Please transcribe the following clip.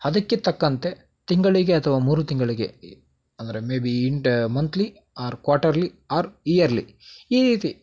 ಅದಕ್ಕೆ ತಕ್ಕಂತೆ ತಿಂಗಳಿಗೆ ಅಥವಾ ಮೂರು ತಿಂಗಳಿಗೆ ಅಂದರೆ maybe in the monthly or quarterly or yearly ಈ ರೀತಿ